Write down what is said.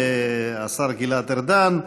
השר גלעד ארדן,